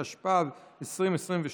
התשפ"ב 2022,